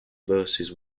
versus